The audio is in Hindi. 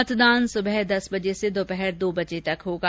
मतदान सुबह दस बजे से दोपहर दो बजे तक होगा